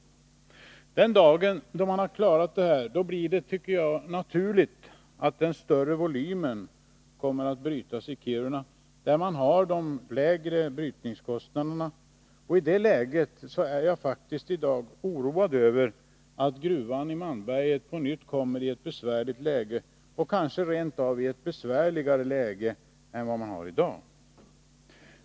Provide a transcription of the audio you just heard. Den dag då man har klarat av dessa problem blir det naturligt att den större volymen kommer att brytas i Kiruna, där man har de lägre brytningskostnaderna. Jag är i dag oroad över att gruvan i Malmberget då på nytt kommer i ett besvärligt läge — och kanske rent av i ett besvärligare läge — än vad man har i dag.